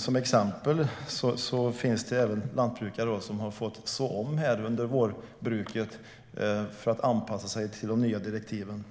Som exempel finns det lantbrukare som har fått så om under vårbruket för att anpassa sig till de nya direktiven.